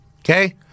okay